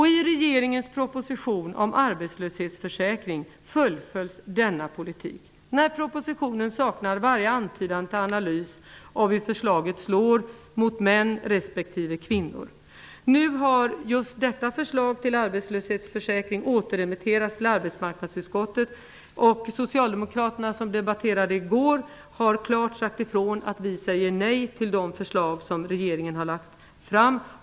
I regeringens proposition om arbetslöshetsförsäkring fullföljs denna politik. Propositionen saknar varje antydan till analys av hur förslaget slår mot män respektive kvinnor. Nu har just detta förslag till arbetslöshetsförsäkring återremitterats till arbetsmarknadsutskottet. Vi socialdemokrater, som debatterade i går, har klart sagt ifrån att vi säger nej till de förslag som regeringen har lagt fram.